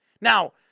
Now